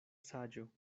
saĝo